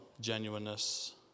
genuineness